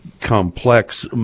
complex